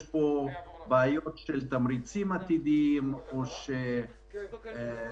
פה בעיות של תמריצים עתידיים וכדומה.